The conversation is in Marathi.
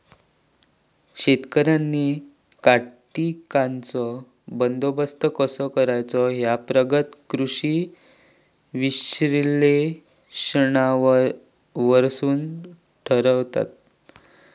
शेतकऱ्यांनी कीटकांचो बंदोबस्त कसो करायचो ह्या प्रगत कृषी विश्लेषणावरसून ठरवतत